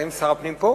האם שר הפנים פה?